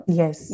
yes